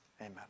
amen